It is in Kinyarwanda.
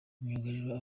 myugariro